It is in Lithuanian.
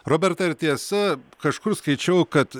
robertai ar tiesa kažkur skaičiau kad